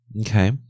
okay